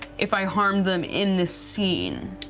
if i harmed them in this scene.